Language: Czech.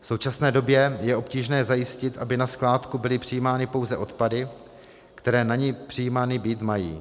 V současné době je obtížné zajistit, aby na skládku byly přijímány pouze odpady, které na ni přijímány být mají.